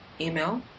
email